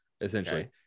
essentially